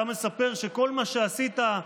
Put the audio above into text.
אתה מספר שכל מה שעשית,